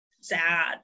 sad